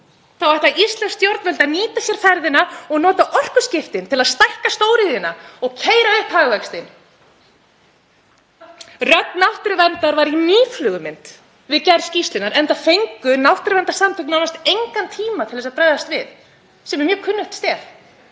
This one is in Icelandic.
ætla íslensk stjórnvöld að nýta sér ferðina og nota orkuskiptin til að stækka stóriðjuna og keyra upp hagvöxtinn. Rödd náttúruverndar var í mýflugumynd við gerð skýrslunnar enda fengu náttúruverndarsamtök nánast engan tíma til að bregðast við, sem er mjög kunnuglegt stef,